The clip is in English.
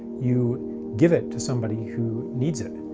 you give it to somebody who needs it.